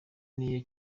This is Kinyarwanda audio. niyo